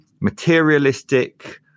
materialistic